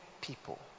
people